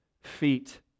feet